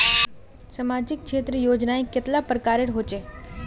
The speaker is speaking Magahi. सामाजिक क्षेत्र योजनाएँ कतेला प्रकारेर होचे?